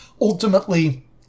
ultimately